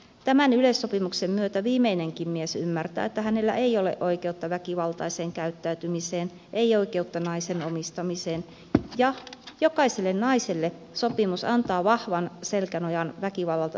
tämän yleissopimuksen myötä viimeinenkin mies ymmärtää että hänellä ei ole oikeutta väkivaltaiseen käyttäytymiseen ei oikeutta naisen omistamiseen ja jokaiselle naiselle sopimus antaa vahvan selkänojan väkivallalta suojautumiseen